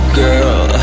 girl